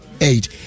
Eight